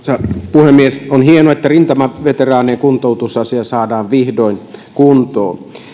puhemies on hienoa että rintamaveteraanien kuntoutusasia saadaan vihdoin kuntoon